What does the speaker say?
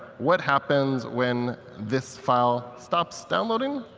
what happens when this file stops downloading?